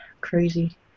Crazy